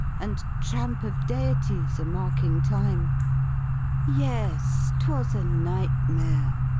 and tramp of deities a-marking time yes, uwas a nightmare